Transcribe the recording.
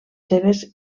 seves